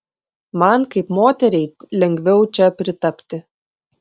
man kaip moteriai lengviau čia pritapti